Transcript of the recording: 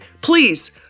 Please